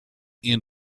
ian